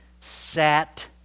sat